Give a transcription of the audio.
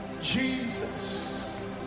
Jesus